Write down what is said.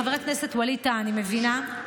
חבר הכנסת ווליד טאהא, אני מבינה.